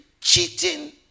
cheating